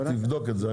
תבדוק את זה,